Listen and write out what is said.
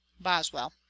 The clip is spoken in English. Boswell